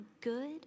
good